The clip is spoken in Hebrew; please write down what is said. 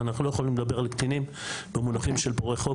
אבל אנחנו לא יכולים לדבר על קטינים במונחים של פורעי חוק,